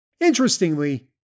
Interestingly